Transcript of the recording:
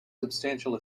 substantial